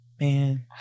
Man